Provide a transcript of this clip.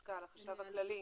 לחשב הכללי.